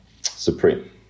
supreme